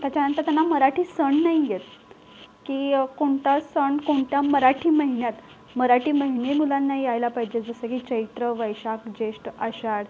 त्याच्यानंतर त्यांना मराठी सण नाही येत की कोणता सण कोणत्या मराठी महिन्यात मराठी महिने मुलांना यायला पाहिजेत जसं की चैत्र वैशाख ज्येष्ठ आषाढ